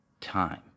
time